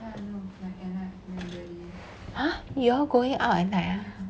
!huh! you all going out at night ah